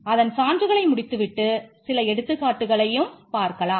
அதன் சான்றுகளை முடித்துவிட்டு சில எடுத்துக்காட்டுகளையும் பார்க்கலாம்